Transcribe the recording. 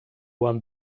one